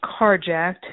carjacked